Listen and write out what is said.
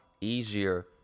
easier